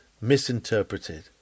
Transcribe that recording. misinterpreted